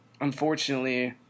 unfortunately